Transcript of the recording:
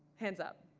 hands up,